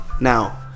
Now